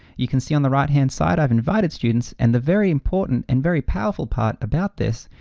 you can see on the right-hand side, i've invited students and the very important and very powerful part about this,